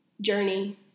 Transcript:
journey